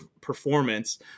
performance